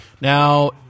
Now